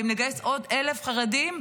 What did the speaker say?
ואם נגייס עוד 1,000 חרדים,